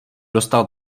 dostal